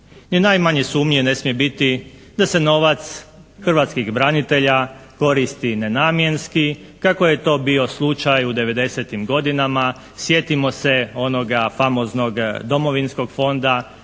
najmanje sumnje ne smije biti da se novac hrvatskih branitelja koristi nenamjenski kako je to bio slučaj u 90-tih godinama, sjetimo se onoga famoznog domovinskog fonda